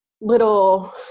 little